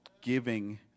giving